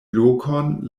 lokon